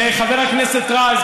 לחבר הכנסת רז,